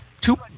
two